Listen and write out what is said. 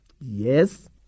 yes